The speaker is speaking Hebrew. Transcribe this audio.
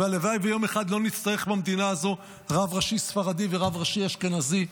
והלוואי ויום אחד לא נצטרך במדינה הזו רב ראשי ספרדי ורב ראשי אשכנזי.